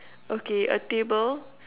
okay a table